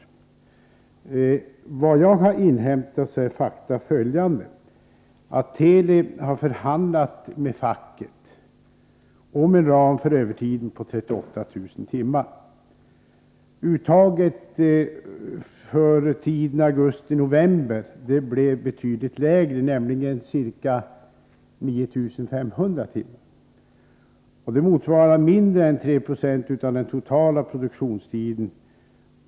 Men enligt vad jag har inhämtat är fakta följande: Teli har förhandlat med facket om en ram för övertiden på 38 000 timmar. Övertidsuttaget för tiden augusti-november blev betydligt lägre, nämligen ca 9500 timmar. Det motsvarar mindre än 390 av den totala produktionstiden.